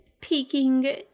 peeking